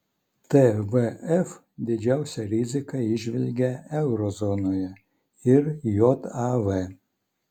tvf didžiausią riziką įžvelgia euro zonoje ir jav